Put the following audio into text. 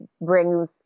brings